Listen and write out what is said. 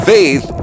Faith